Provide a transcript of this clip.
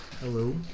Hello